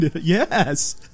yes